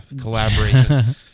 collaboration